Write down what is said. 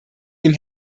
dem